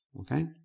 Okay